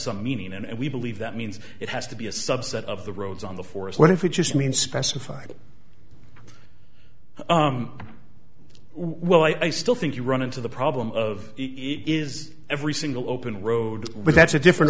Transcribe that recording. some meaning and we believe that means it has to be a subset of the roads on the forest what if it just means specified well i still think you run into the problem of eat is every single open road but that's a different